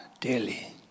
daily